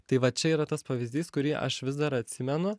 tai va čia yra tas pavyzdys kurį aš vis dar atsimenu